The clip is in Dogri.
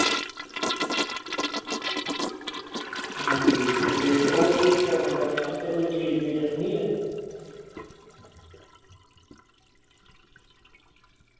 अंजी ते होर केह् केह् करना बच्चें आस्तै कोई ट्रीट रक्खनी ऐ